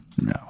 No